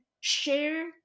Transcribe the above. share